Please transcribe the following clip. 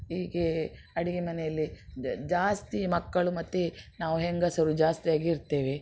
ಹೀಗೆ ಅಡುಗೆ ಮನೆಯಲ್ಲಿ ಜಾಸ್ತಿ ಮಕ್ಕಳು ಮತ್ತು ನಾವು ಹೆಂಗಸರು ಜಾಸ್ತಿಯಾಗಿ ಇರ್ತೇವೆ